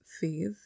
faith